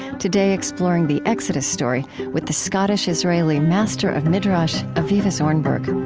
today exploring the exodus story with the scottish-israeli master of midrash, avivah zornberg